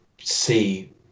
see